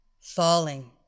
Falling